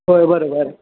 होय बरोबर